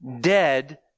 dead